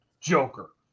Joker